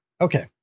Okay